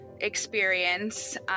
experience